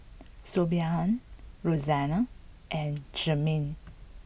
Siobhan Roxanna and Jermaine